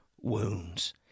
wounds